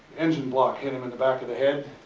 engine block hit him in the back of the head,